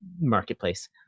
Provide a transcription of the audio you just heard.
marketplace